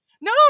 No